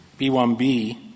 B1B